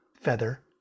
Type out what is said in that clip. Feather